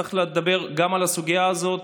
וצריך לדבר גם על הסוגיה הזאת,